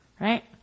right